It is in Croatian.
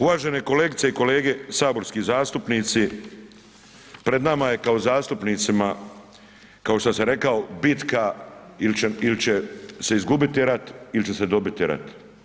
Uvažene kolegice i kolege saborski zastupnici pred nama je kao zastupnicima, kao što sam rekao bitka ili će se izgubiti rat ili će se dobiti rat.